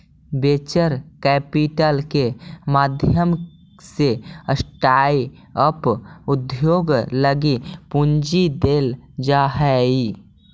venture capital के माध्यम से स्टार्टअप उद्योग लगी पूंजी देल जा हई